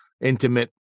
Intimate